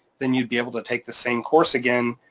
then you'd be able to take the same course again